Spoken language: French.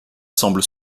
semble